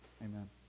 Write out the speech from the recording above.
Amen